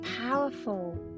powerful